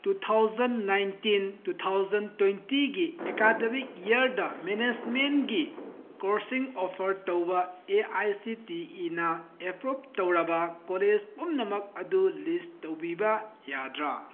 two thousand nineteen two thousand ꯇ꯭ꯋꯦꯟꯇꯤꯒꯤ academic ꯏꯌꯥꯔꯗ ꯃꯦꯅꯦꯖꯃꯦꯟꯒꯤ ꯀꯣꯔꯁꯁꯤꯡ ꯑꯣꯐꯔ ꯇꯧꯕ ꯑꯦ ꯑꯥꯏ ꯁꯤ ꯇꯤ ꯏꯤꯅ ꯑꯦꯄ꯭ꯔꯨꯞ ꯇꯧꯔꯕ ꯀꯣꯂꯦꯖ ꯄꯨꯝꯅꯃꯛ ꯑꯗꯨ ꯂꯤꯁ ꯇꯧꯕꯤꯕ ꯌꯥꯗ꯭ꯔꯥ